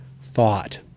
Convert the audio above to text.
thought